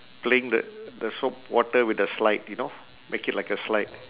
playing the the soap water with the slide you know make it like a slide